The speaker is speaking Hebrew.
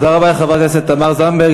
תודה רבה לחברת הכנסת תמר זנדברג.